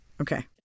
Okay